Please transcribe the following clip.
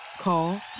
Call